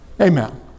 Amen